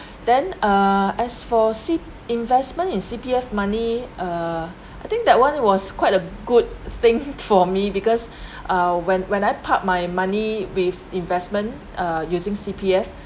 then err as for C~ investment in C_P_F_ money uh I think that one was quite a good thing for me because uh when when I park my money with investment uh using C_P_F_